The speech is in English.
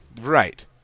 Right